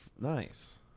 nice